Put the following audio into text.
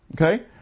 Okay